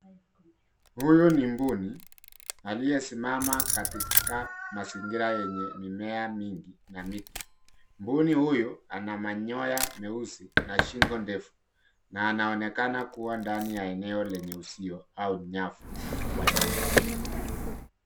Huyu ni mbuni aliyesimama katika mazingira yenye mimea mingi na miti. Mbuni huyu ana manyoya meusi na shingo ndefu na anaonekana kuwa ndani ya eneo lenye uzio au nyavu wa nyumba.